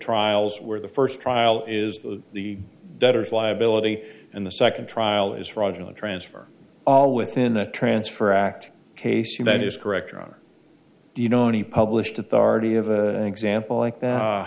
trials where the first trial is the doctor's liability and the second trial is fraudulent transfer all within a transfer act case and that is correct ron do you know any published authority of example like